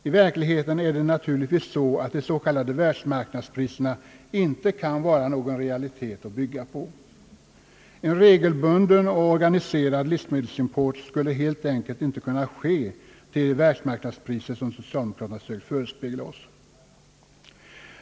I verkligheten är det naturligtvis så, att de s.k. världsmarknadspriserna inte kan vara någon realitet att bygga på. En regelbunden och organiserad livsmedelsimport skulle helt enkelt inte kunna ske till de världsmarknadspriser, som socialdemokraterna sökt förespegla OSS.